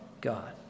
God